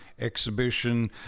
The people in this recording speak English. exhibition